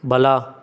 ಬಲ